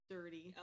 Dirty